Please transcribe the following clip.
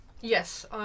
Yes